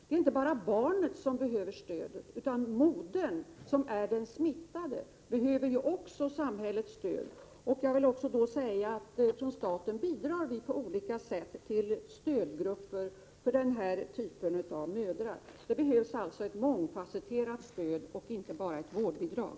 Det är inte bara barnet som behöver stöd, utan modern, som är den smittade, behöver ju också samhällets stöd. Jag vill även säga att staten på olika sätt bidrar till stödgrupper för den här typen av mödrar. Det behövs alltså ett mångfasetterat stöd och inte bara ett vårdbidrag.